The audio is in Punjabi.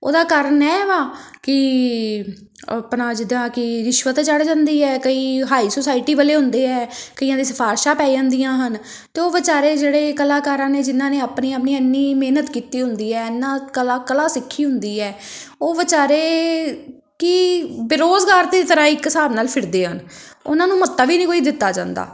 ਉਹਦਾ ਕਾਰਨ ਇਹ ਵਾ ਕਿ ਆਪਣਾ ਜਿੱਦਾਂ ਕਿ ਰਿਸ਼ਵਤ ਚੜ ਜਾਂਦੀ ਹੈ ਕਈ ਹਾਈ ਸੁਸਾਇਟੀ ਵਾਲੇ ਹੁੰਦੇ ਹੈ ਕਈਆਂ ਦੇ ਸਿਫਾਰਿਸ਼ਾਂ ਪੈ ਜਾਂਦੀਆਂ ਹਨ ਅਤੇ ਉਹ ਵਿਚਾਰੇ ਜਿਹੜੇ ਕਲਾਕਾਰਾਂ ਨੇ ਜਿਨ੍ਹਾਂ ਨੇ ਆਪਣੀ ਆਪਣੀ ਇੰਨੀ ਮਿਹਨਤ ਕੀਤੀ ਹੁੰਦੀ ਹੈ ਇੰਨਾ ਕਲਾ ਕਲਾ ਸਿੱਖੀ ਹੁੰਦੀ ਹੈ ਉਹ ਵਿਚਾਰੇ ਕਿ ਬੇਰੋਜ਼ਗਾਰ ਦੀ ਤਰ੍ਹਾਂ ਇੱਕ ਹਿਸਾਬ ਨਾਲ ਫਿਰਦੇ ਹਨ ਉਹਨਾਂ ਨੂੰ ਮਹੱਤਵ ਹੀ ਨਹੀਂ ਕੋਈ ਦਿੱਤਾ ਜਾਂਦਾ